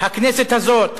הכנסת הזאת,